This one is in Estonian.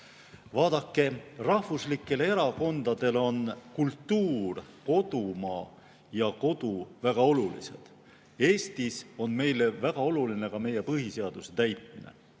Vaadake, rahvuslikele erakondadele on kultuur, kodumaa ja kodu väga olulised. Eestis on meile väga oluline ka meie põhiseaduse täitmine.